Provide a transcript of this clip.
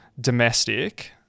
domestic